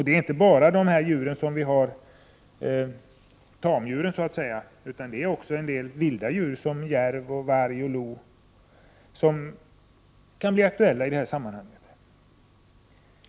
Det gäller inte bara tamdjuren, utan också en del vilda djur som järv, varg och lo kan bli aktuella i det sammanhanget.